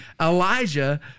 Elijah